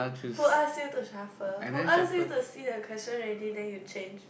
who ask you to shuffle who ask you to see the question already then you change